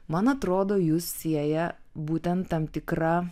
man atrodo jus sieja būtent tam tikra